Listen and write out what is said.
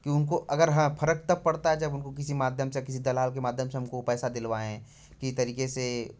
कि उनको अगर हाँ फरक तब पड़ता है जब उनको किसी माध्यम से किसी दलाल के माध्यम से हमको वो पैसा दिलवाएँ कि तरीके से